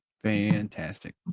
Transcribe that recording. Fantastic